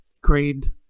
grade